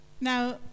Now